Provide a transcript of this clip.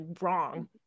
wrong